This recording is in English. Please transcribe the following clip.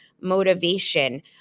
motivation